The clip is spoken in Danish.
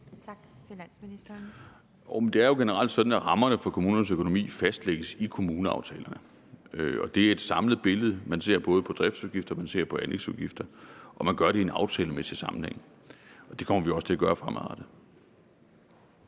(Bjarne Corydon): Det er jo generelt sådan, at rammerne for kommunernes økonomi fastlægges i kommuneaftalerne, og det er et samlet billede. Man ser både på driftsudgifterne og anlægsudgifterne, og man gør det i en aftalemæssig sammenhæng. Det kommer vi også til at gøre fremadrettet.